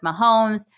Mahomes